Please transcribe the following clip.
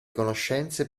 conoscenze